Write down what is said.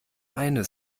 eine